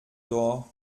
door